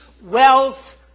wealth